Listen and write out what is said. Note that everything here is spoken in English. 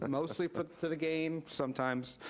mostly to the gain, sometimes